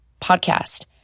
podcast